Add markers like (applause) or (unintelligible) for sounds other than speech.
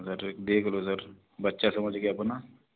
(unintelligible) देखलो सर बच्चा समझके अपना